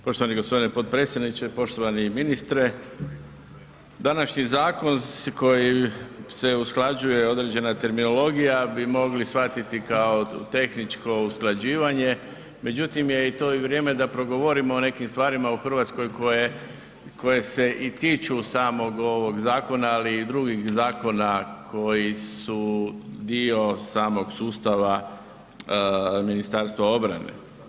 Poštovani gospodine potpredsjedniče, poštovani ministre današnji zakon koji se usklađuje određene terminologija bi mogli shvatiti kao tehničko usklađivanje, međutim je i to vrijeme da progovorimo o nekim stvarima u Hrvatskoj koje se i tiču samog ovog zakona, ali i drugih zakona koji su dio samog sustava Ministarstva obrane.